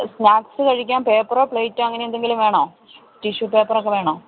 snacks കഴിക്കാൻ പേപ്പറോ പ്ലേറ്റോ അങ്ങനെ എന്തെങ്കിലും വേണോ റ്റിഷ്യു പേപ്പറൊക്കെ വേണോ